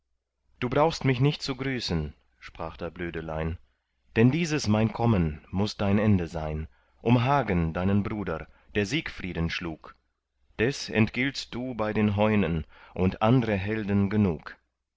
du brauchst mich nicht zu grüßen sprach da blödelein denn dieses mein kommen muß dein ende sein um hagen deinen bruder der siegfrieden schlug des entgiltst du bei den heunen und andre helden genug